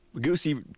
Goosey